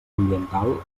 ambiental